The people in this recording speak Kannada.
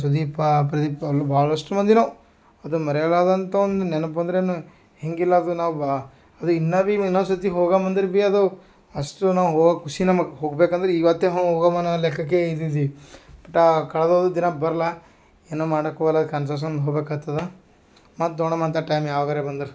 ಸುದೀಪ ಪ್ರದೀಪ್ ಅಲ್ಲಿ ಭಾಳಷ್ಟು ಮಂದಿನವ ಅದು ಮರಿಲಾರ್ದಂಥ ಒಂದು ನೆನ್ಪು ಅಂದ್ರೆ ಹಿಂಗಿರಲಾರ್ದೆ ನಾವು ಬಾ ಅದು ಇನ್ನು ಬಿ ಇನೊಂದ್ಸತಿ ಹೋಗೋಮ್ ಅಂದರು ಬಿ ಅದು ಅಷ್ಟು ನಾವು ಹೋಗೋಕ್ ಖುಷಿ ನಮ್ಗೆ ಹೋಗ್ಬೇಕಂದ್ರೆ ಇವತ್ತೆ ಹ್ಞೂ ಹೋಗಮ್ ಅನ್ನೋ ಲೆಕ್ಕಕ್ಕೆ ಇದಿದ್ದೀವಿ ಒಟ್ಟು ಕಳ್ದು ಹೋದ ದಿನ ಬರೋಲ್ಲ ಏನೋ ಮಾಡೋಕ್ ಹೊಗಲ್ಲಾ ಅನ್ಸರಿಸ್ಕೊಂಡ್ ಹೋಗ್ಬೇಕಾಗ್ತದೆ ಮತ್ತು ನೋಡೋಮ್ ಅಂಥ ಟೈಮ್ ಯಾವಾಗಾರ ಬಂದ್ರೆ